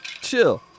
Chill